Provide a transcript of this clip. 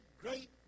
great